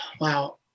wow